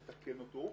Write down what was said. לתקן אותו,